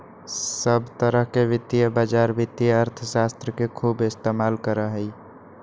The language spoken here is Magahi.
सब तरह के वित्तीय बाजार वित्तीय अर्थशास्त्र के खूब इस्तेमाल करा हई